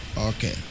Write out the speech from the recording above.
Okay